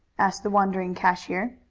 asked the wondering cashier.